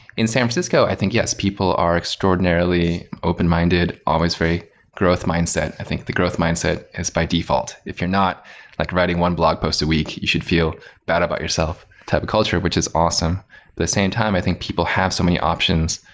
in san francisco, i think, yes, people are extraordinarily open-minded, always very growth mindset. i think the growth mindset is by default. if you're not like writing one blog post a week, you should feel bad about yourself type of culture, which is awesome. at the same time, i think people have so many options.